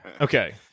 Okay